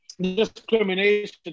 discrimination